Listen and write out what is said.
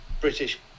British